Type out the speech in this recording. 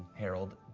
harold.